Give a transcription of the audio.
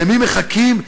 למי מחכים?